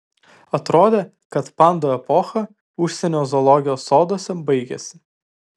atrodė kad pandų epocha užsienio zoologijos soduose baigėsi